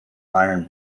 iron